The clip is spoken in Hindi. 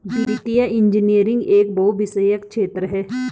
वित्तीय इंजीनियरिंग एक बहुविषयक क्षेत्र है